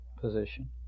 position